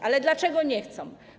Ale dlaczego nie chcą?